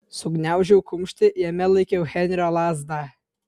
sugniaužiau kumštį jame laikiau henrio lazdą